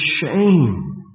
Shame